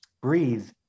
breathe